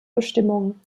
bestimmungen